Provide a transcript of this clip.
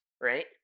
right